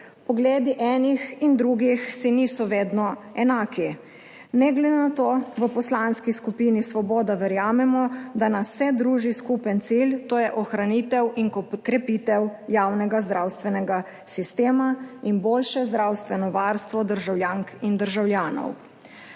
Pogledi enih in drugih si niso vedno enaki. Ne glede na to v Poslanski skupini Svoboda verjamemo, da nas vse druži skupen cilj, to je ohranitev in krepitev javnega zdravstvenega sistema in boljše zdravstveno varstvo državljank in državljanov.